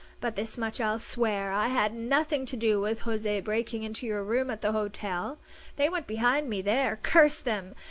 but this much i'll swear i had nothing to do with jose breaking into your room at the hotel they went behind me there, curse them!